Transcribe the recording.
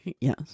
Yes